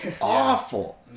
awful